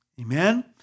Amen